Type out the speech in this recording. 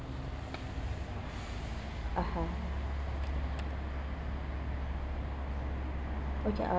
(uh huh) okay uh